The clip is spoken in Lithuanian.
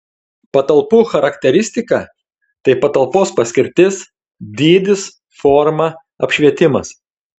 patalpų charakteristika tai patalpos paskirtis dydis forma apšvietimas